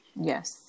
Yes